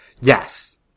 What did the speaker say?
Yes